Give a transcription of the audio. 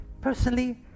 Personally